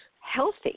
healthy